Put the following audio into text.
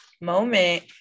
moment